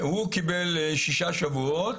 הוא קיבל שישה שבועות,